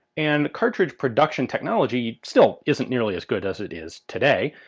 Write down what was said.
and cartridge production technology still isn't nearly as good as it is today,